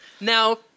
Now